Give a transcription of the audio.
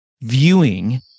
viewing